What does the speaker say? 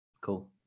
Cool